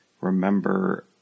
remember